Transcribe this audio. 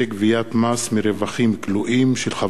גביית מס מרווחים כלואים של חברות